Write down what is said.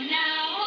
now